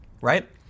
right